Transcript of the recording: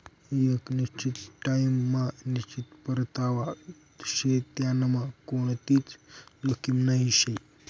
एक निश्चित टाइम मा निश्चित परतावा शे त्यांनामा कोणतीच जोखीम नही शे